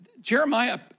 Jeremiah